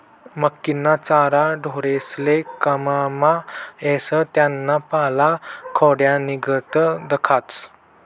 मक्कीना चारा ढोरेस्ले काममा येस त्याना पाला खोंड्यानीगत दखास